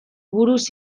buruz